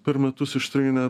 per metus ištrynė